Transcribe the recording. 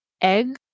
egg